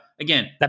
again